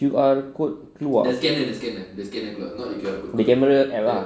Q_R code keluar the camera app ah